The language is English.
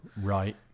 Right